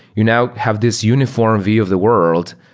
you now have this uniform view of the world.